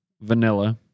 vanilla